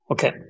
Okay